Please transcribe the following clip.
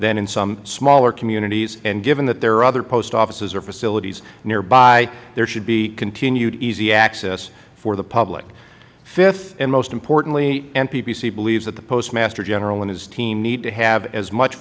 than in some smaller communities and given that there are other post offices or facilities nearby there should be continued easy access for the public fifth and most importantly nppc believes that the postmaster general and his team need to have as much